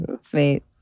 sweet